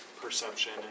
perception